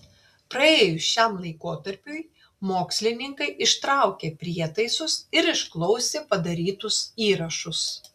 praėjus šiam laikotarpiui mokslininkai ištraukė prietaisus ir išklausė padarytus įrašus